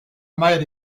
mère